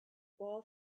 ball